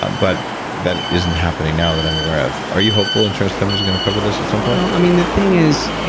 ah but that isn't happening now that i'm aware of. are you hopeful that insurance companies are going to cover this at some point? well i mean the thing is,